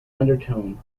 undertone